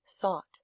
thought